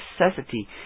necessity